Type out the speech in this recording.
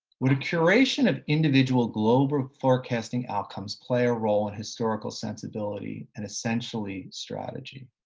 would a curation of individual global forecasting outcomes play a role in historical sensibility and essentially strategy?